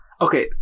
Okay